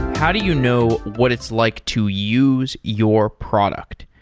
how do you know what it's like to use your product?